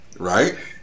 Right